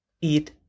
eat